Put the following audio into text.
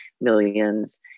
millions